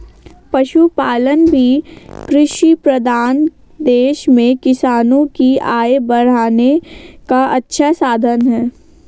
पशुपालन भी कृषिप्रधान देश में किसानों की आय बढ़ाने का अच्छा साधन है